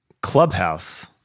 Clubhouse